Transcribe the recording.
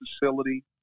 facility